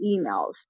emails